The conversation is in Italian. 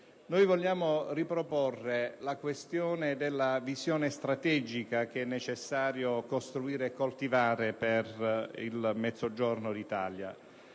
noi vogliamo riproporre la questione della visione strategica che è necessario costruire e coltivare per il Mezzogiorno d'Italia,